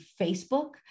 Facebook